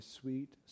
sweet